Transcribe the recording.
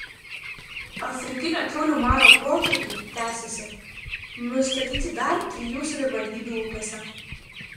afrikinio kiaulių maro protrūkiai tęsiasi nustatyti dar trijų savivaldybių ūkiuose